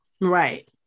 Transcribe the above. right